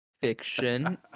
fiction